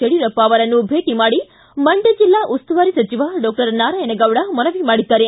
ಯಡಿಯೂರಪ್ಪ ಅವರನ್ನು ಭೇಟಿ ಮಾಡಿ ಮಂಡ್ತ ಜಿಲ್ಲಾ ಉಸ್ತುವಾರಿ ಸಚಿವ ಡಾಕ್ಷರ್ ನಾರಾಯಣಗೌಡ ಮನವಿ ಮಾಡಿದ್ದಾರೆ